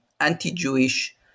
anti-Jewish